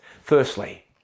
Firstly